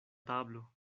tablo